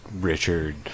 Richard